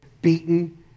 beaten